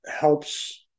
helps